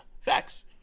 Facts